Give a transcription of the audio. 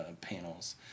panels